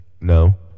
No